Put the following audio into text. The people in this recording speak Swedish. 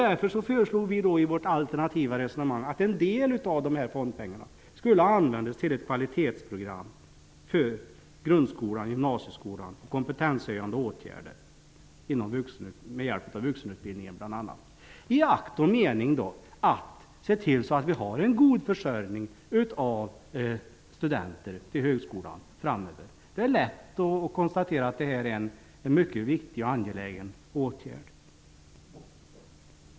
Därför föreslår vi i vårt alternativresonemang att en del av fondpengarna skall användas till ett kvalitetsprogram för grundskolan och gymnasieskolan och för kompetenshöjande åtgärder, bl.a. med hjälp av vuxenutbildningen, i akt och mening att se till att vi har en god försörjning av studenter till högskolan framöver. Det är lätt att konstatera att det här är en mycket viktig och angelägen åtgärd.